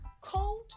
cold